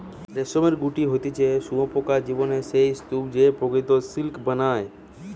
রেশমের গুটি হতিছে শুঁয়োপোকার জীবনের সেই স্তুপ যে প্রকৃত সিল্ক বানায়